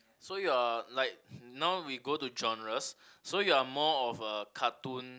so you're like now we go to genres so you are more of a cartoon